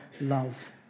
love